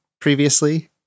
previously